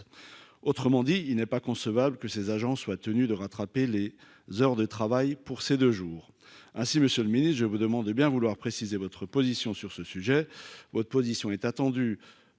autrement dit il n'est pas concevable que ces agents soient tenus de rattraper les heures de travail pour ces deux jours. Ainsi, Monsieur le Ministre, je me demande de bien vouloir préciser votre position sur ce sujet. Votre position est attendu